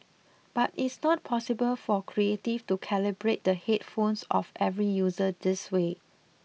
but it's not possible for creative to calibrate the headphones of every user this way